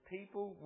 People